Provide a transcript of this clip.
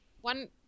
One